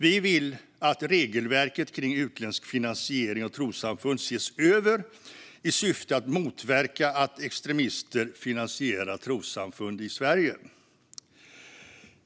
Vi vill att regelverket om utländsk finansiering av trossamfund ses över i syfte att motverka att extremister finansierar trossamfund i Sverige.